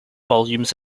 volumes